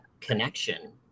connection